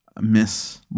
Miss